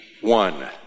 one